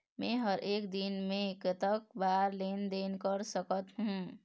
मे हर एक दिन मे कतक बार लेन देन कर सकत हों?